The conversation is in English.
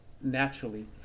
naturally